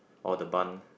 or the bund